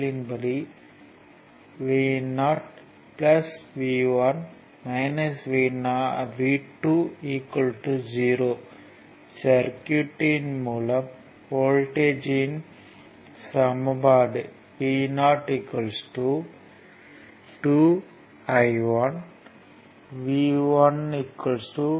L யின் படி Vo V1 V2 0 சர்க்யூட்யின் மூலம் வோல்ட்டேஜ்களின் சமன்பாடு Vo 2 I1 V 1 2